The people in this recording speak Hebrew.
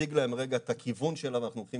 להציג להם רגע את הכיוון לאן אנחנו הולכים.